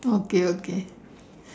okay okay